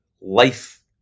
life